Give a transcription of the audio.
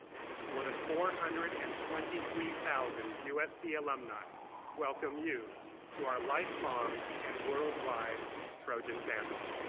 more than four hundred and twenty three thousand usc alumni welcome you to our lifelong and worldwide trojan family.